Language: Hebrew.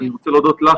רוצה להודות לך,